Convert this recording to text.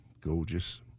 Gorgeous